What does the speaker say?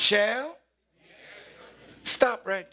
share stop right